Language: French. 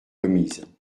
commises